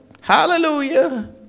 Hallelujah